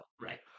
Right